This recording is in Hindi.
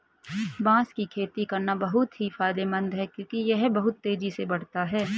बांस की खेती करना बहुत ही फायदेमंद है क्योंकि यह बहुत तेजी से बढ़ता है